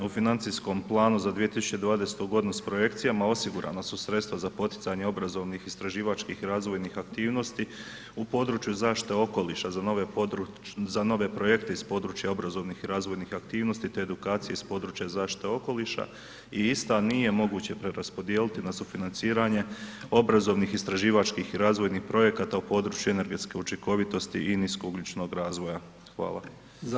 U financijskom planu za 2020. g. s projekcijama osigurana su sredstva za poticanje obrazovnih istraživačkih i razvojnih aktivnosti u području zaštite okoliša za nove projekte iz područja obrazovnih i razvojnih aktivnosti te edukcija iz područja zaštite okoliša i ista nije moguće preraspodijeliti na sufinanciranje obrazovnih i istraživačkih i razvojnih projekata u području energetske učinkovitosti i nisko ugljičnog razvoja, hvala.